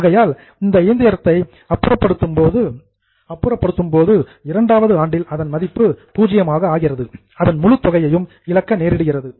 ஆகையால் அந்த இயந்திரத்தை டிஸ்போஸ் அப்புறப்படுத்தும் போது இரண்டாவது ஆண்டில் அதன் மதிப்பு பூஜ்யமாக ஆகிறது அதன் முழு தொகையையும் இழக்க நேரிடுகிறது